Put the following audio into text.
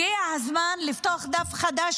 הגיע הזמן לפתוח דף חדש,